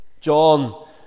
John